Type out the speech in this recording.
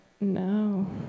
No